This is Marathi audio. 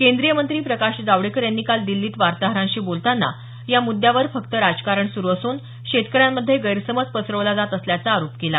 केंद्रीय मंत्री प्रकाश जावडेकर यांनी काल दिल्लीत वार्ताहरांशी बोलताना या मुद्यावर फक्त राजकारण सुरु असून शेतकऱ्यांमध्ये गैरसमज पसरवला जात असल्याचा आरोप केला